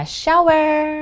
shower